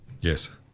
Yes